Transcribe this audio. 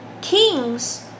kings